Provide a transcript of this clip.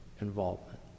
involvement